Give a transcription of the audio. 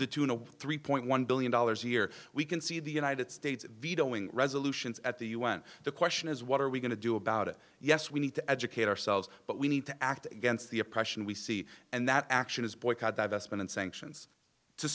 the tune of three point one billion dollars a year we can see the united states vetoing resolutions at the u n the question is what are we going to do about it yes we need to educate ourselves but we need to act against the oppression we see and that action is boycott divestment and sanctions to